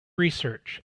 research